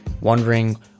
wondering